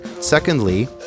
Secondly